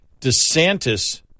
DeSantis